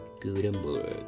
Gutenberg